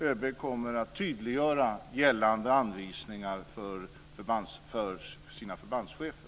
ÖB kommer att tydliggöra gällande anvisningar för sina förbandschefer.